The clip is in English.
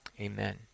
Amen